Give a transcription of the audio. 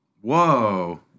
Whoa